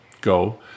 Go